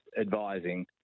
advising